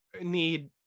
need